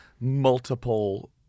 multiple